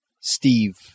Steve